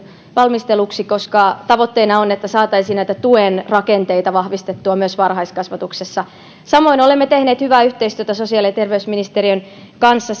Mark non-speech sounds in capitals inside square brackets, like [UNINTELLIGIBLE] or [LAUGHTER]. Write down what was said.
valmisteluksi koska tavoitteena on että saataisiin näitä tuen rakenteita vahvistettua myös varhaiskasvatuksessa samoin olemme tehneet hyvää yhteistyötä sosiaali ja terveysministeriön kanssa [UNINTELLIGIBLE]